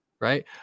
Right